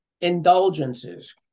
indulgences